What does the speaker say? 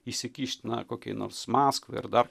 įsikišt na kokiai nors maskvai ar dar